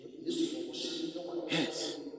yes